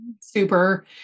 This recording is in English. super